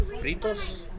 fritos